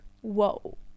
whoa